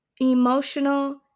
emotional